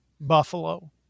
Buffalo